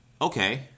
Okay